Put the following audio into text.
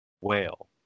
Whale